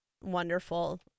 wonderful